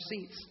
seats